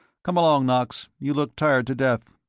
come along, knox, you look tired to death.